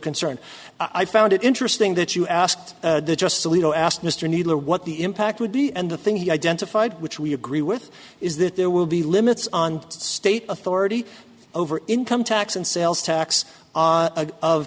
concern i found it interesting that you asked the justice alito asked mr kneedler what the impact would be and the thing he identified which we agree with is that there will be limits on state authority over income tax and sales tax o